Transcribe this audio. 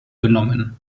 genommen